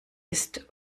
ist